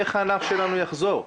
איך הענף שלנו יחזור?